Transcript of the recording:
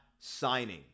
signing